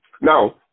Now